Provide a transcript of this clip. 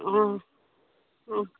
অঁ অঁ